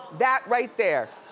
that right there.